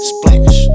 Splash